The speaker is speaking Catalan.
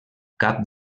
cap